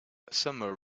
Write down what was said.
summer